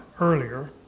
earlier